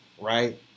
right